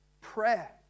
prayer